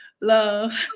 Love